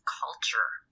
culture